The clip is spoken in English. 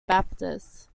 baptist